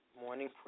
morning